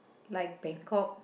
like Bangkok